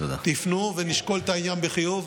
תפנו, ונשקול את העניין בחיוב.